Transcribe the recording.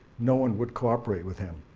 no one would cooperate with him.